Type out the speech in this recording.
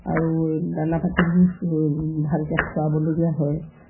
আৰু দানা পাতিবোৰ ভালকৈ খোৱাবলগীয়া হয়